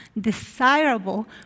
desirable